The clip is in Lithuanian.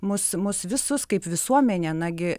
mus mus visus kaip visuomenę nagi